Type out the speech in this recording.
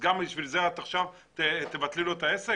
גם בשביל זה את עכשיו תבטלי לו את העסק?